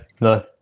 no